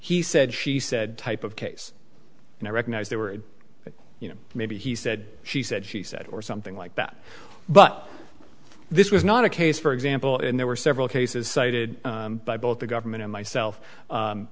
he said she said type of case and i recognize there were you know maybe he said she said she said or something like that but this was not a case for example and there were several cases cited by both the government and myself